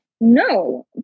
No